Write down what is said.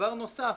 דבר נוסף,